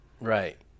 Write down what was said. right